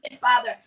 Father